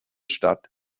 stadt